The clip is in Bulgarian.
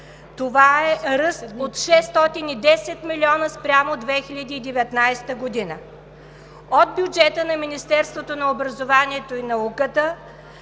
Това е ръст от 610 милиона спрямо 2019 г. От бюджета на Министерството на образованието и науката